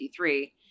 1953